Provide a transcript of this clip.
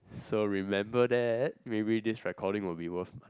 so remember that maybe this recording will be worth